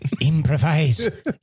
Improvise